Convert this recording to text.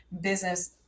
business